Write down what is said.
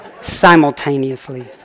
simultaneously